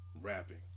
rapping